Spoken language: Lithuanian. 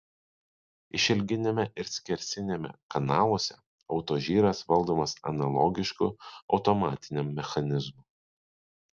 išilginiame ir skersiniame kanaluose autožyras valdomas analogišku automatiniam mechanizmu